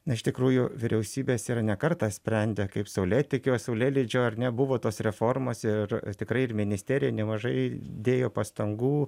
na iš tikrųjų vyriausybės yra ne kartą sprendę kaip saulėtekio saulėlydžio ar ne buvo tos reformos ir tikrai ir ministerija nemažai dėjo pastangų